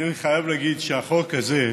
אני חייב להגיד שהחוק הזה,